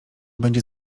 będzie